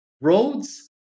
roads